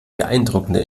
beeindruckende